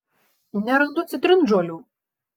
nerandu citrinžolių